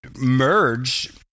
merge